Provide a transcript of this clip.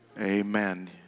amen